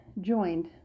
joined